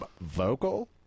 vocal